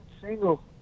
single